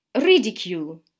Ridicule